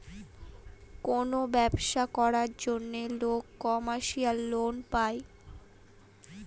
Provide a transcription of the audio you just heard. কোনো ব্যবসা করার জন্য লোক কমার্শিয়াল লোন পায়